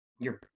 you're-